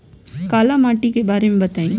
काला माटी के बारे में बताई?